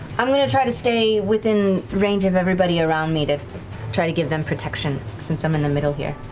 i'm going to try to stay within range of everybody around me, to try to give them protection, since i'm in the middle here.